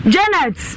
Janet